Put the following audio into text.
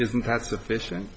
isn't that sufficient